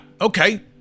Okay